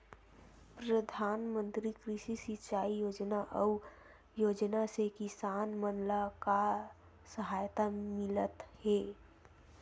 प्रधान मंतरी कृषि सिंचाई योजना अउ योजना से किसान मन ला का सहायता मिलत हे?